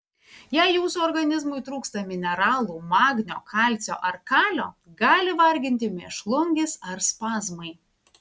jei jūsų organizmui trūksta mineralų magnio kalcio ar kalio gali varginti mėšlungis ar spazmai